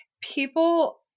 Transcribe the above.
people